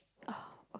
oh okay